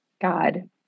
God